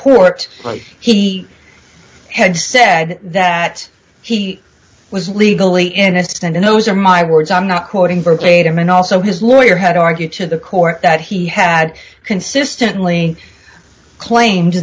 court but he had said that he was legally innocent and those are my words i'm not quoting verbatim and also his lawyer had argued to the court that he had consistently claimed